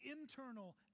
internal